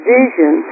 vision